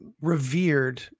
revered